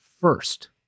first